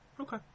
Okay